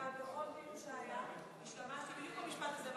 בכל דיון שהיה השתמשתי בדיוק במשפט הזה,